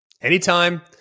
Anytime